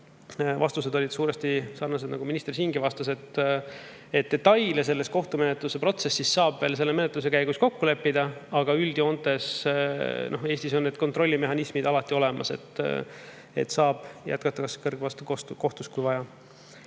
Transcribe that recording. Vastused olid suuresti sarnased, nagu minister siingi vastas, et selle kohtumenetluse protsessi detaile saab veel [eelnõu] menetluse käigus kokku leppida, aga üldjoontes Eestis on need kontrollimehhanismid olemas, saab jätkata kõrgema astme kohtus, kui vaja.